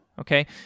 Okay